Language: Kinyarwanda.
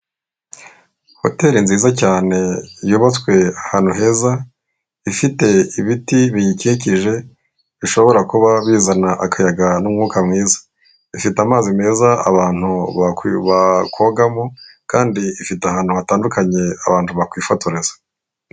Hoteri nziza cyane yubatswe ahantu heza, ifite ibiti biyikikije, bishobora kuba bizana akayaga n'umwuka mwiza. Ifite amazi meza abantu bakogamo kandi ifite ahantu hatandukanye abantu bakwifotoreza.